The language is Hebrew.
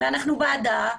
ואנחנו בעדה.